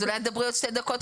אולי אם תדברי עוד שתי דקות,